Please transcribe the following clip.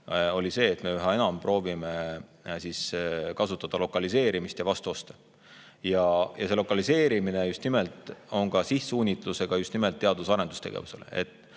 oli see, et me üha enam proovime kasutada lokaliseerimist ja vastuoste. See lokaliseerimine on sihtsuunitlusega just nimelt teadus- ja arendustegevusele.